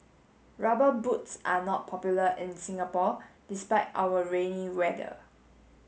rubber boots are not popular in Singapore despite our rainy weather